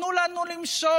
תנו לנו למשול,